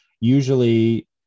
usually